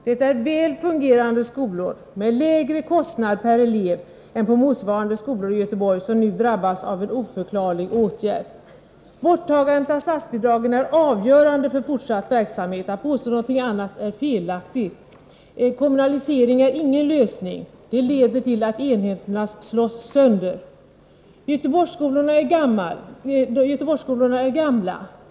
Det är väl fungerande skolor med lägre kostnad per elev än på motsvarande skolor i Göteborg som nu drabbas av en oförklarlig åtgärd. Ett borttagande av statsbidragen är avgörande för fortsatt verksamhet — att påstå någonting annat är fel. En kommunalisering är ingen lösning. En sådan leder till att enheterna slås sönder. Göteborgsskolorna är gamla.